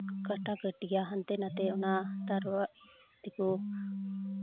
ᱠᱟᱴᱟᱠᱟᱴᱤᱭᱟ ᱦᱟᱱᱛᱮ ᱱᱟᱛᱮ ᱚᱱᱟ ᱛᱟᱨᱣᱟ ᱛᱮᱠᱚ